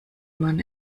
man